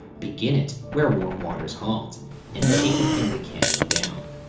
begin it where warm waters halt and take it in the canyon down,